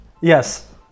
yes